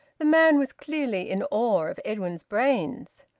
the man was clearly in awe of edwin's brains!